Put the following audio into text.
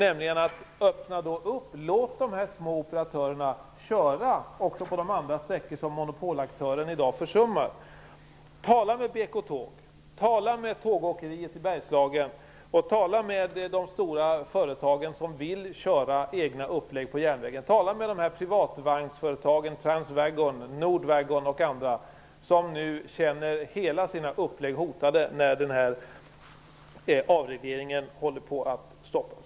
Öppna upp och låt de små operatörerna köra också på de andra sträckor som monopolaktörerna i dag försummar! Tala med BK-Tåg! Tala med Tågåkeriet i Bergslagen! Tala med de stora företagen som vill köra egna upplägg på järnvägen! Tala med privatvagnsföretagen, som Transwaggon, Nordwaggon och andra, som nu känner sina upplägg hotade när avregleringen håller på att stoppas!